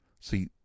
See